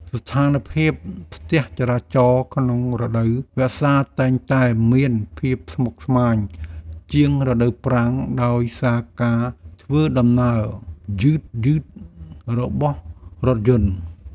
ស្ថានភាពស្ទះចរាចរណ៍ក្នុងរដូវវស្សាតែងតែមានភាពស្មុគស្មាញជាងរដូវប្រាំងដោយសារការធ្វើដំណើរយឺតៗរបស់រថយន្ត។